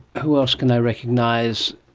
who else can i recognise?